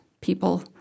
people